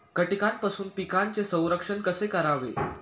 कीटकांपासून पिकांचे संरक्षण कसे करावे?